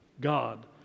God